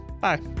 Bye